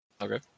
Okay